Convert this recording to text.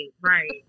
right